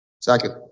second